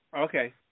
Okay